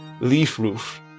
leaf-roof